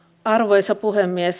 arvoisa puhemies